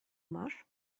masz